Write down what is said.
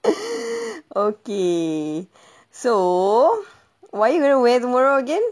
okay so what you gonna wear tomorrow again